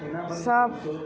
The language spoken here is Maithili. सब